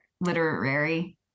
Literary